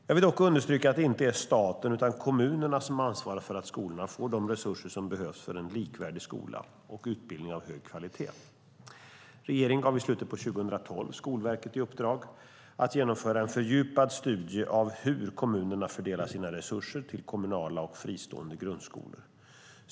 Jag vill dock understryka att det inte är staten utan kommunerna som ansvarar för att skolorna får de resurser som behövs för en likvärdig skola och utbildning av hög kvalitet. Regeringen gav i slutet av 2012 Skolverket i uppdrag att genomföra en fördjupad studie av hur kommunerna fördelar sina resurser till kommunala och fristående grundskolor.